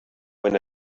when